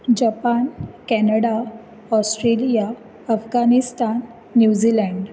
Japan Canada Australia Afghanistan New Zealand